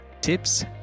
tips